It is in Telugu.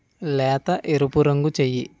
లేత ఎరుపు రంగు చెయ్యి